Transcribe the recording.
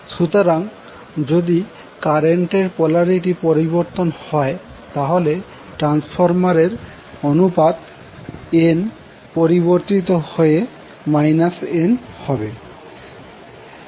সুতরাং যদি কারেন্ট এর পোলারিটির পরিবর্তন হয় তাহলে ট্রান্সফরমার এর অনুপাত nপরিবর্তিত হয়ে n হবে